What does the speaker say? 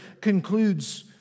concludes